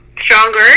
stronger